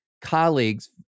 colleagues